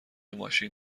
ماشین